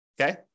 okay